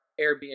airbnb